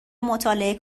مطالعه